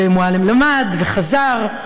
ומועלם למד, וחזר,